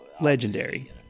Legendary